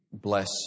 Bless